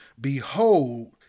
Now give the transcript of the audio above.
Behold